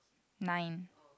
nine